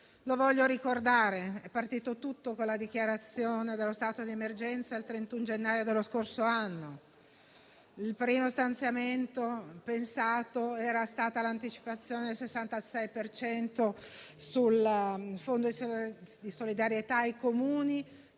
Lo voglio ricordare: tutto è partito con la dichiarazione dello stato di emergenza il 31 gennaio dello scorso anno; il primo stanziamento pensato era stata l'anticipazione del 66 per cento sul fondo di solidarietà ai Comuni,